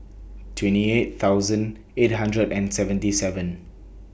twenty eight thousand eight hundred and seventy seven